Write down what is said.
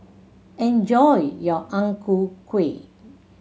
enjoy your Ang Ku Kueh